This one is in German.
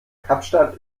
kapstadt